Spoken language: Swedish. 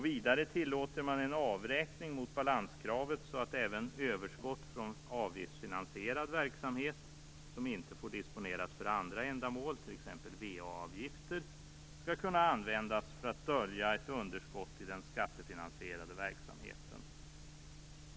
Vidare tillåter man en avräkning mot balanskravet, så att även överskott från avgiftsfinansierad verksamhet som inte får disponeras för andra ändamål, t.ex. VA-avgifter, skall kunna användas för att dölja ett underskott i den skattefinansierade verksamheten.